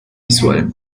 visual